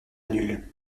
nulle